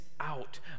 Out